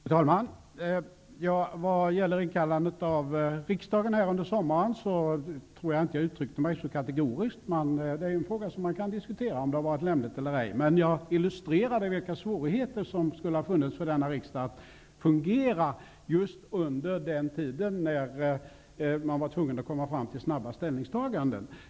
Fru talman! Jag tror inte att jag uttryckte mig så kategoriskt vad gäller inkallandet av riksdagen under sommaren. Det är en fråga som man kan diskutera, om det hade varit lämpligt eller ej. Jag illustrerade vilka svårigheter som skulle ha funnits för denna riksdag att fungera under den tid då man var tvungen att komma fram till snabba ställningstaganden.